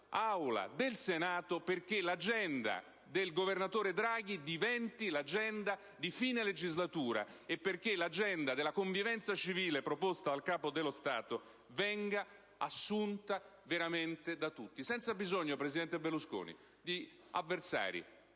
dall'Aula del Senato perché l'agenda del governatore Draghi diventi l'agenda di fine legislatura e affinché l'agenda della convivenza civile proposta dal Capo dello Stato venga assunta veramente da tutti, senza bisogno, presidente Berlusconi, di avversari